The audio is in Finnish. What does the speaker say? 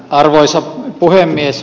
arvoisa puhemies